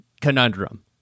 conundrum